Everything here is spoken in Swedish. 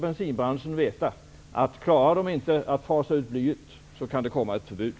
Bensinbranschen skall veta att om den inte klarar att fasa ut blyet så kan det komma ett förbud.